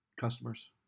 customers